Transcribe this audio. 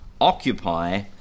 Occupy